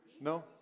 No